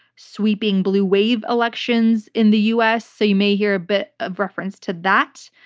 sweeping blue wave elections in the us, so you may hear a bit of reference to that.